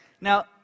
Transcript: now